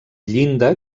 llinda